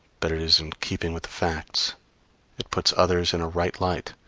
but it is in keeping with the facts it puts others in a right light